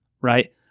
right